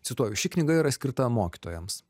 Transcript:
cituoju ši knyga yra skirta mokytojams